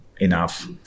enough